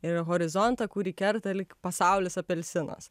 ir horizontą kurį kerta lyg pasaulis apelsinas